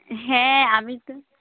হ্যাঁ আমি তো